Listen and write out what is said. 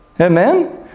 Amen